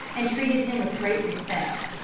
and treated him with great respect.